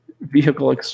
vehicle